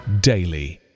daily